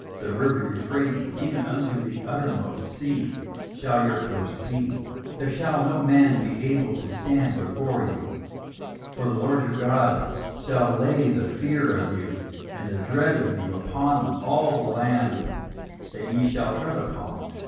the river euphrates, even unto the uttermost sea shall your coast be there shall no man be able to stand before you for the lord your god shall lay the fear of you and the dread of you upon all the land that ye shall tread upon,